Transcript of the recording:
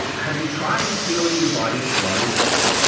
have you tried healing your body with raw nutrition?